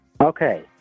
Okay